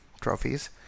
trophies